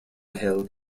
hill